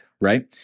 right